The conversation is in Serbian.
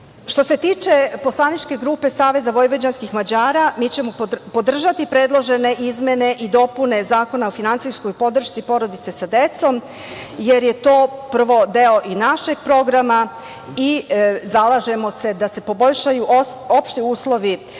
se tiče poslaničke grupe SVM mi ćemo podržati predložene izmene i dopune Zakona o finansijskoj podršci porodici sa decom, jer je to prvo deo i našeg programa i zalažemo se da se poboljšaju opšti uslovi